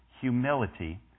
humility